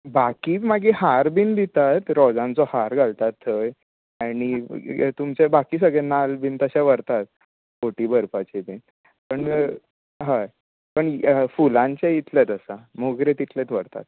बाकी मागीर हार बीन दितात रोजांचो हार घालतात थंय आनी तुमचे बाकी सगलें नाल्ल बीन तशे व्हरतात ओटी भरपाचें बीन पूण हय पूण फुलांचे इतलेंच आसा मोगरी तितलेंच व्हरतात